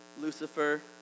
Lucifer